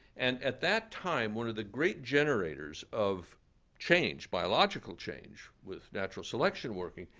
and at that time, one of the great generators of change, biological change with natural selection working,